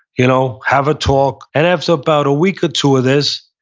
you know have a talk. and after about a week or two of this,